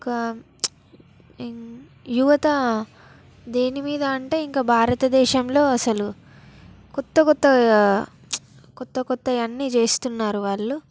ఇంకా యువత దేని మీద అంటే ఇంకా భారతదేశంలో అసలు క్రొత్త క్రొత్త క్రొత్త క్రొత్తవి అన్నీ చేస్తున్నారు వాళ్ళు